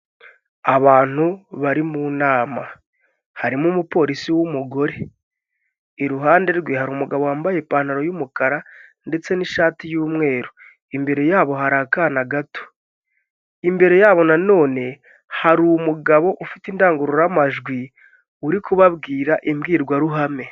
Abantu bari mu nama harimo umupolisi w'umugore, iruhande rwe hari umugabo wambaye ipantaro y'umukara ndetse n'ishati y'umweru, imbere yabo hari akana gato, imbere yabo na none hari umugabo ufite indangururamajwi uri kubabwira imbwirwaruhame.